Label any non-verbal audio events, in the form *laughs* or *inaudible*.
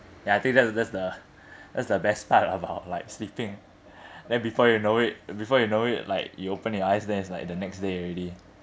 ya I think that's the that's the *laughs* that's the best part about *laughs* like sleeping then before you know it before you know it like you open your eyes then it's like the next day already